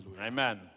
Amen